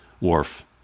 Worf